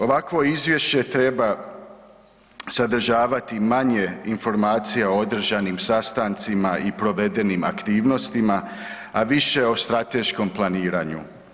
Ovakvo izvješće treba sadržavati manje informacija o održanim sastancima i provedenim aktivnostima, a više o strateškom planiranju.